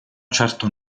certo